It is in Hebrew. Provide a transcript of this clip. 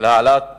להעלאה בארנונה,